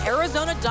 Arizona